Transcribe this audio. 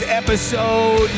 episode